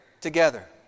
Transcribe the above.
together